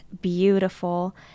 beautiful